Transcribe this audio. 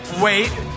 wait